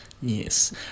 Yes